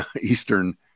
Eastern